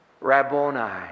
Rabboni